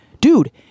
Dude